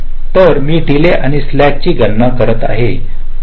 तर संभाव्यत मी डील आणि या स्लॅकची गणना करीत आहे